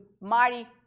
mighty